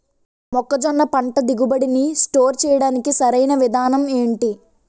మొక్కజొన్న పంట దిగుబడి నీ స్టోర్ చేయడానికి సరియైన విధానం ఎంటి?